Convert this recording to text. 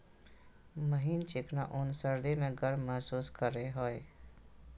महीन चिकना ऊन सर्दी में गर्म महसूस करेय हइ